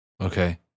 Okay